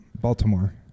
Baltimore